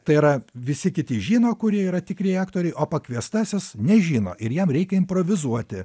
tai yra visi kiti žino kurie yra tikrieji aktoriai o pakviestasis nežino ir jam reikia improvizuoti